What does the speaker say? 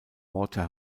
worte